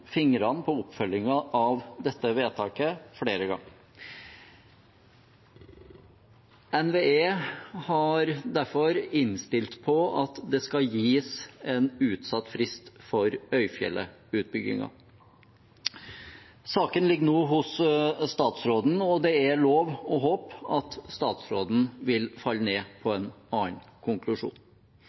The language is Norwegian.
fingrene på oppfølgingen av dette vedtaket flere ganger. NVE har derfor innstilt på at det skal gis en utsatt frist for Øyfjellet-utbyggingen. Saken ligger nå hos statsråden, og det er lov å håpe at statsråden vil falle ned på en annen konklusjon.